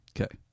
Okay